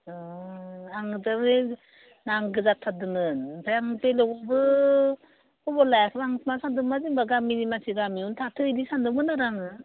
अ आं थारमाने नांगौ जाथारदोंमोन ओमफ्राय आं बेलेगावबो खबर लायाखैमोन मा सानदो जेनेबा गामिनि मानसि गामियावनो थाथों बिदि सान्दोंमोन आरो आङो